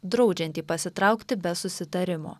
draudžiantį pasitraukti be susitarimo